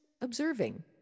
observing